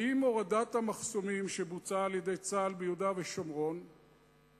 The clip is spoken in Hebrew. האם הורדת המחסומים שבוצעה על-ידי צה"ל ביהודה ושומרון לפי